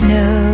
no